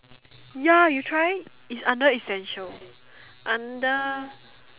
ya you try is under essential under